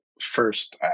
first